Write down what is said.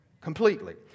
Completely